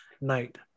night